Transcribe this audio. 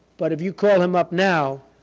but if you call him up now,